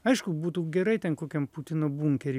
aišku būtų gerai ten kokiam putino bunkery